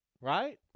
right